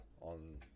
on